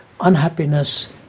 Unhappiness